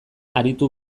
aritu